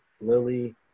Lily